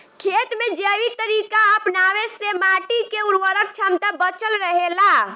खेत में जैविक तरीका अपनावे से माटी के उर्वरक क्षमता बचल रहे ला